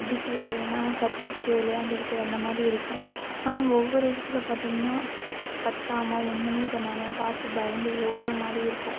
எப்படி சொல்கிறதுன்னா கத்திக்கிட்டு விளையாண்டுக்கிட்டு அந்தமாதிரி இருக்கும் ஆனால் ஒவ்வொரு இடத்துல பார்த்தமுனா கத்தாமல் ஒன்றுமே பண்ணாமல் பார்த்து பயந்து ஓடுற மாதிரி இருக்கும்